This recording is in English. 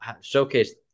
showcase